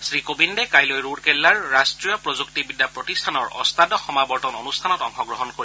শ্ৰীকোবিন্দে কাইলৈ ৰুৰকেল্লাৰ ৰাষ্ট্ৰীয় প্ৰযুক্তিবিদ্যা প্ৰতিষ্ঠানৰ অষ্টাদশ সমাৱৰ্তন অনুষ্ঠানত অংশগ্ৰহণ কৰিব